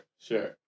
sure